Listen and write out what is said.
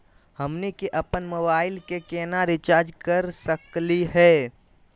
हमनी के अपन मोबाइल के केना रिचार्ज कर सकली हे?